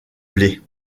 blé